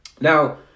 Now